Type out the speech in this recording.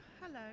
Hello